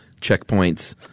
checkpoints